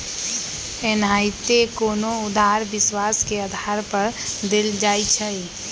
एनाहिते कोनो उधार विश्वास के आधार पर देल जाइ छइ